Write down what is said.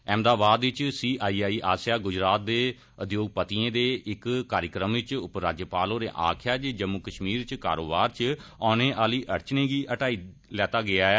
अहमदाबाद च सीआईआई आस्सेआ गुजरात दे उद्योगपतिए दे इक कार्यक्रम च उपराज्यपाल होरें आक्खेआ जे जम्मू कश्मीर च कारोबार च औने आली अड़चनें गी हटाई लैता गेआ ऐ